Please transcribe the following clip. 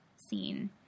scene